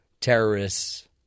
terrorists